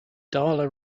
darla